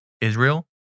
Israel